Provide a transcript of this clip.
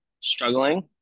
struggling